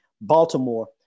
Baltimore